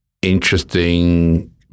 interesting